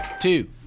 two